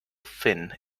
fin